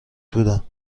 بودم